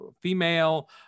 female